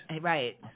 Right